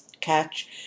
catch